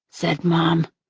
said mom.